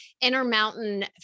Intermountain